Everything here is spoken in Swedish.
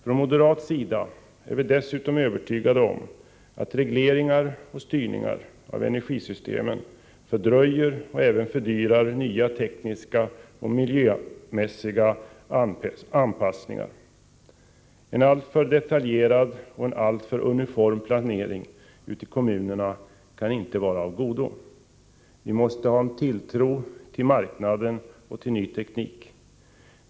Från moderat sida är vi dessutom övertygade om att regleringar och styrningar av energisystemen fördröjer och även fördyrar nya tekniska och miljömässiga anpassningar. En alltför detaljerad och en alltför uniform planering ute i kommunerna kan inte vara av godo. Vi måste ha tilltro till marknaden och till ny teknik.